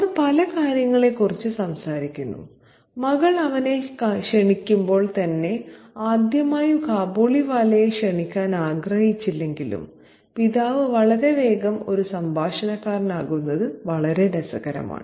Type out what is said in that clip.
അവർ പല കാര്യങ്ങളെക്കുറിച്ച് സംസാരിക്കുന്നു മകൾ അവനെ ക്ഷണിക്കുമ്പോൾ തന്നെ ആദ്യമായി കാബൂളിവാലയെ ക്ഷണിക്കാൻ ആഗ്രഹിച്ചില്ലെങ്കിലും പിതാവ് വളരെ വേഗം ഒരു സംഭാഷണക്കാരനാകുന്നത് വളരെ രസകരമാണ്